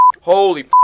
Holy